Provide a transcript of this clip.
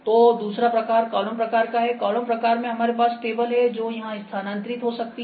तो दूसरा प्रकार कॉलम प्रकार हैकॉलम प्रकार में हमारे पास टेबल है जो यहां स्थानांतरित हो सकती है